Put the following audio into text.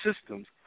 systems